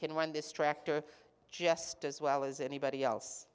can run this tractor just as well as anybody else